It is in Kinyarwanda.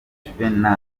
juvenal